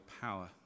power